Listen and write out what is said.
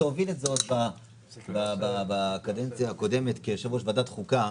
הוביל את זה עוד בקדנציה הקודמת כיושב ראש ועדת חוקה,